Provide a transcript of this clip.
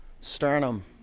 sternum